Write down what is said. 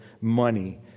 money